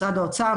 משרד האוצר,